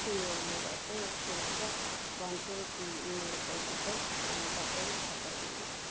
त्यही यो उयो गर्छु के भन्छ भन्छु कि मेरो पैसा चाहिँ अब झट्टै फर्काइ दिनुहोस्